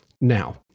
Now